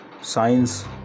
science